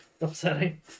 Upsetting